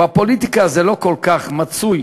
בפוליטיקה זה לא כל כך מצוי